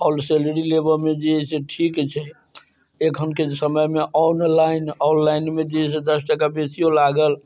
होल salary लेबऽमे जे हइ से ठीक छै एखनके समयमे आउन लाइन आउन लाइनमे जे हइ से दस टका बेसिओ लागल